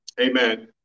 amen